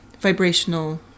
vibrational